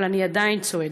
אבל אני עדיין צועדת.